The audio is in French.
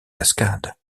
cascades